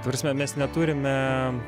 ta prasme mes neturime